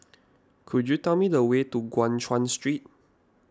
could you tell me the way to Guan Chuan Street